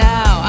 Now